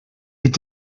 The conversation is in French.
est